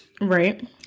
Right